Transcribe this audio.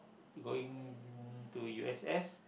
going to u_s_s